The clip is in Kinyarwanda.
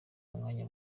umwanya